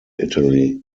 italy